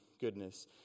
goodness